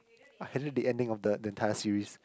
I hated the ending of the the entire series